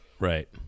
Right